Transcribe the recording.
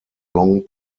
long